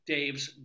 Dave's